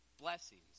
blessings